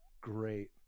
great